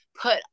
put